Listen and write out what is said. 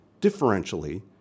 differentially